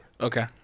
Okay